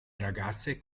ragazze